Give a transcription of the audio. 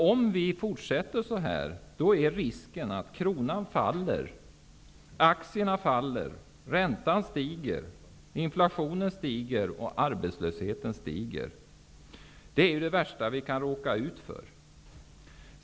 Om vi fortsätter så här, är det risk att kronan faller, aktiekurserna faller, räntan och inflationen stiger och arbetslösheten ökar. Det är det värsta vi kan råka ut för.